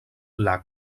lac